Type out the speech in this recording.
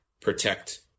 protect